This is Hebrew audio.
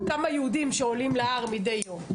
לא בכמה יהודים שעולים להר מידי יום.